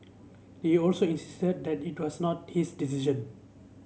he also insisted that it was not his decision